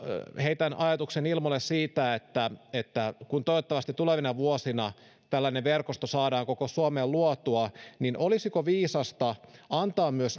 heitän ajatuksen ilmoille siitä että että kun toivottavasti tulevina vuosina tällainen verkosto saadaan koko suomeen luotua niin olisiko viisasta antaa